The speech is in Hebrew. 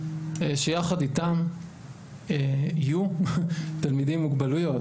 שיחד איתם יהיו תלמידים עם מוגבלויות.